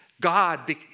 God